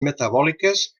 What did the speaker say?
metabòliques